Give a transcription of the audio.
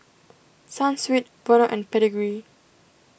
Sunsweet Vono and Pedigree